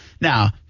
Now